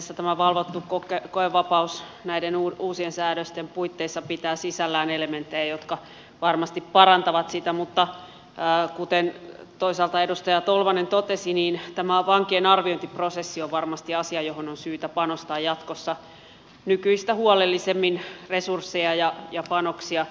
periaatteessa tämä valvottu koevapaus näiden uusien säädösten puitteissa pitää sisällään elementtejä jotka varmasti parantavat sitä mutta kuten toisaalta edustaja tolvanen totesi niin tämä vankien arviointiprosessi on varmasti asia johon on syytä panostaa jatkossa nykyistä huolellisemmin resursseja ja panoksia